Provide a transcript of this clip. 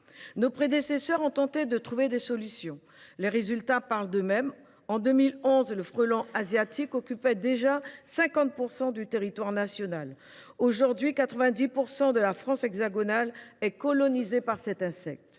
Nos prédécesseurs ont tenté de trouver des solutions, mais les résultats parlent d’eux mêmes : en 2011, le frelon asiatique occupait déjà 50 % du territoire national ; aujourd’hui, 90 % de la France hexagonale est colonisée par cet insecte.